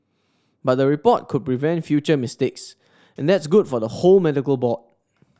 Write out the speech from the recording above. but the report could prevent future mistakes and that's good for the whole medical board